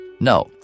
No